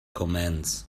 comments